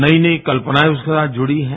नई नई कल्पनाएं उसके साथ जुड़ी है